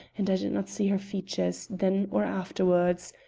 and i did not see her features then or afterwards.